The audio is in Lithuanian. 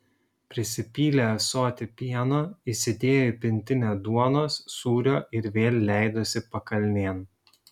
prisipylė ąsotį pieno įsidėjo į pintinę duonos sūrio ir vėl leidosi pakalnėn